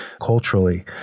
culturally